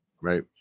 Right